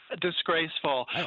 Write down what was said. disgraceful